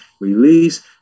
release